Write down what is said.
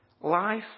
life